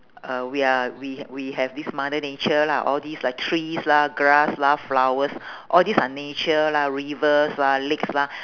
uh we are we h~ we have this mother nature lah all this lah trees lah grass lah flowers all these are nature lah rivers lah lakes lah